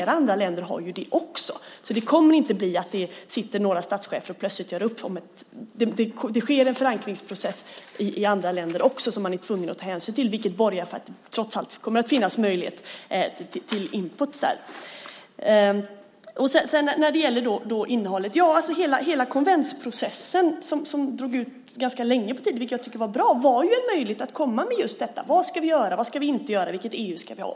Flera andra länder har de reglerna också, så det kommer inte att bli så att det sitter några statschefer och plötsligt gör upp. Det sker en förankringsprocess i andra länder också, som man är tvungen att ta hänsyn till. Det borgar för att det trots allt kommer att finnas möjlighet till input där. När det gäller innehållet var ju hela konventsprocessen, som drog ut ganska länge på tiden, vilket jag tyckte var bra, en möjlighet att komma med just detta: Vad ska vi göra? Vad ska vi inte göra? Vilket EU ska vi ha?